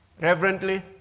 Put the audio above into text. reverently